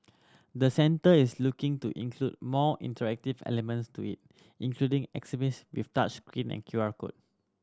the centre is looking to include more interactive elements to it including exhibits with touch screen and Q R code